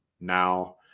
now